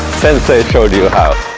sensei showed you how!